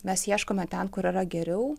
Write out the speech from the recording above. mes ieškome ten kur yra geriau